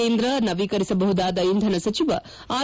ಕೇಂದ್ರ ನವೀಕರಿಸಬಹುದಾದ ಇಂಧನ ಸಚಿವ ಆರ್